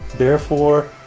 therefore,